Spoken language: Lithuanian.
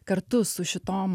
kartu su šitom